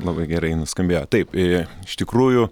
labai gerai nuskambėjo taip i ištikrųjų